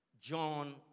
John